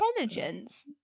intelligence